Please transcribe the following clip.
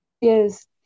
yes